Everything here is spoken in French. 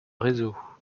réseau